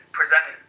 present